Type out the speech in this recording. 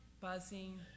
buzzing